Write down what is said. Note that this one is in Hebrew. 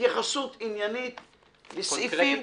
התייחסות עניינית לסעיפים.